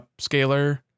upscaler